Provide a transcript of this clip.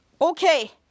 okay